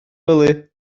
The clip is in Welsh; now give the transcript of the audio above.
wely